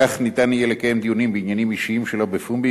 כך ניתן יהיה לקיים דיונים בעניינים אישיים שלא בפומבי,